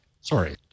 sorry